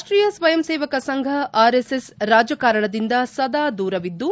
ರಾಷ್ಷೀಯ Swayamsevak Sangh RSS ರಾಜಕಾರಣದಿಂದ ಸದಾ ದೂರವಿದ್ದು